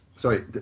Sorry